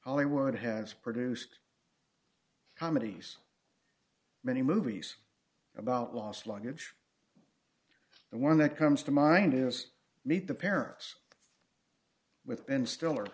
hollywood has produced comedies many movies about lost luggage the one that comes to mind is meet the parents with ben still